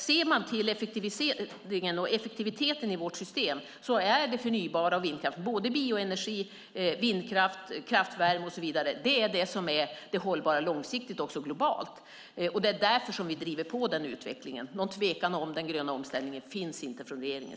Ser man till effektiviteten i vårt system är det förnybara, bioenergi, vindkraft och kraftvärme, det som är hållbart på lång sikt också globalt. Det är därför som vi driver på den utvecklingen. Någon tvekan om den gröna omställningen finns inte hos regeringen.